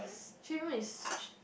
three room is